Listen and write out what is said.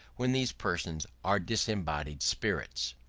when these persons are disembodied spirits.